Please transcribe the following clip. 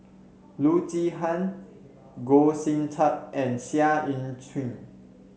Loo Zihan Goh Sin Tub and Seah Eu Chin